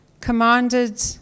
commanded